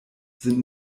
sind